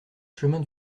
chemin